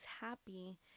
happy